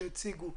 שהציגו,